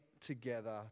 together